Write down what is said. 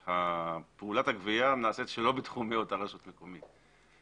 פעולת הגבייה נעשית שלא בתחומי אותה רשות מקומית,